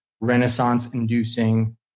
renaissance-inducing